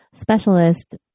specialist